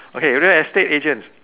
okay real estate agents